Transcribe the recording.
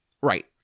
Right